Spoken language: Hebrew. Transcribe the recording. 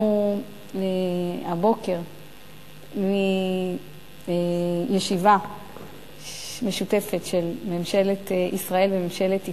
שהבוקר חזרנו מישיבה משותפת של ממשלת ישראל וממשלת איטליה.